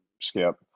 Skip